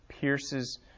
pierces